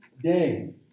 day